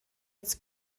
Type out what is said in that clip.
its